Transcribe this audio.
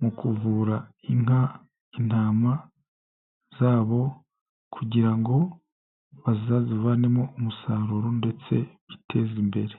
mu kuvura inka, intama zabo, kugira ngo bazazivanemo umusaruro ndetse biteze imbere.